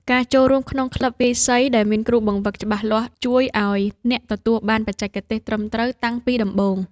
ការចូលរួមក្នុងក្លឹបវាយសីដែលមានគ្រូបង្វឹកច្បាស់លាស់ ជួយឱ្យអ្នកទទួលបានបច្ចេកទេសត្រឹមត្រូវតាំងពីដំបូង។